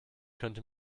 könnte